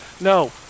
No